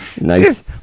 Nice